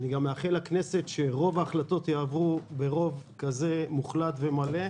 ואני גם מאחל לכנסת שרוב ההחלטות יעברו ברוב כזה מוחלט ומלא.